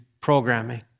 programming